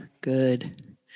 good